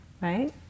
right